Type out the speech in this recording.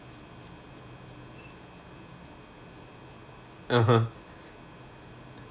(uh huh)